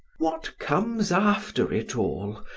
what comes after it all?